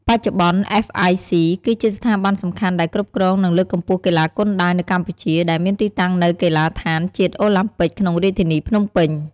បច្ចុប្បន្ន អ្វេស អាយ សុី គឺជាស្ថាប័នសំខាន់ដែលគ្រប់គ្រងនិងលើកកម្ពស់កីឡាគុនដាវនៅកម្ពុជាដែលមានទីតាំងនៅកីឡដ្ឋានជាតិអូឡាំពិកក្នុងរាជធានីភ្នំពេញ។